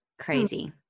Crazy